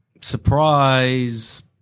surprise